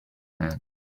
man